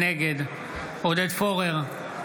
נגד עודד פורר,